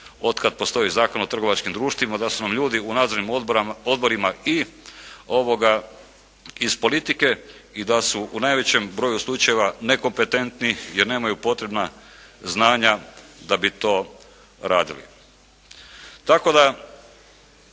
otkad postoji Zakon o trgovačkim društvima da su nam ljudi u nadzornim odborima i iz politike i da su u najvećem broju slučajeva nekompetentni jer nemaju potrebna znanja da bi to radili.